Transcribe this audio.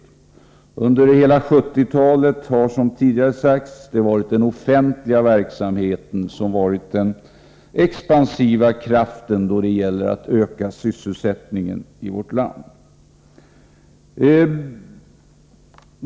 Under hela 1970-talet har, som tidigare sagts, den offentliga verksamheten varit den expansiva kraften då det gällt att öka sysselsättningen i vårt land.